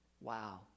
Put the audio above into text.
Wow